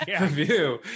review